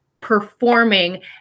performing